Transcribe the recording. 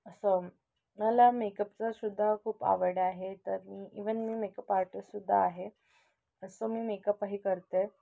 असं मला मेकअपचा सुद्धा खूप आवड आहे तर मी इवन मी मेकअप आर्टिस्ट सुद्धा आहे असं मी मेकअपही करते